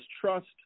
trust